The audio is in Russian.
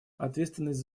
ответственность